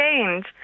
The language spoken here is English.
change